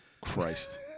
christ